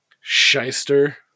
Shyster